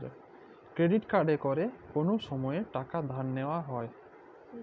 credit কাড়ে ক্যরে কল সময়তে টাকা ধার লিয়া যায়